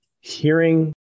hearing